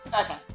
Okay